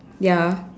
ya